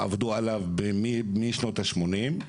עבדו עליו משנות ה-80.